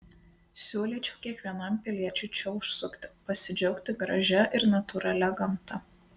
siūlyčiau kiekvienam piliečiui čia užsukti pasidžiaugti gražia ir natūralia gamta